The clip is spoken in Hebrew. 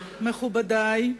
מכובדי,